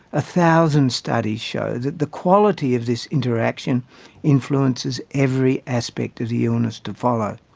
a thousand studies show that the quality of this interaction influences every aspect of the illness to follow.